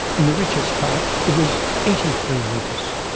in the richest part it was eighty three years.